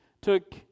took